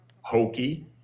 hokey